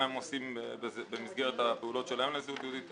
מה הם עושים במסגרת הפעולות שלהם על הזהות היהודית.